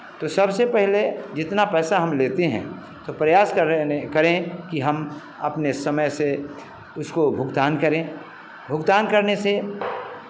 तो सबसे पहले जितना पैसा हम लेते हैं तो प्रयास करने करें कि हम अपने समय से उसको भुगतान करें भुगतान करने से